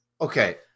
Okay